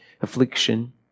affliction